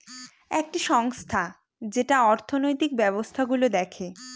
একটি সংস্থা যেটা অর্থনৈতিক ব্যবস্থা গুলো দেখে